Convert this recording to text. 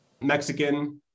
Mexican